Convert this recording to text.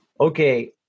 Okay